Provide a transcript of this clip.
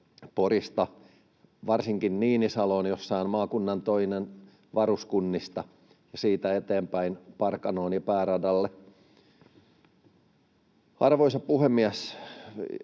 Porista varsinkin Niinisaloon, jossa on toinen maakunnan varuskunnista, ja siitä eteenpäin Parkanoon ja pääradalle. Arvoisa puhemies!